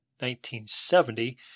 1970